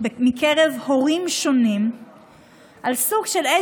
מקרב הורים שונים על סוג של,